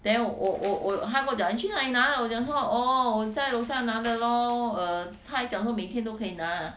then 我我我她跟我讲你去哪里拿我讲说 orh 我在楼下拿的 lor err 她还讲说每天都可以拿